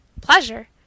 Pleasure